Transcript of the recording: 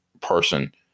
person